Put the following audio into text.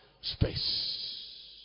Space